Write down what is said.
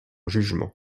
jugement